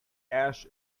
ash